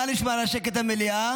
נא לשמור על השקט במליאה.